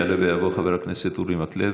יעלה ויבוא חבר הכנסת אורי מקלב.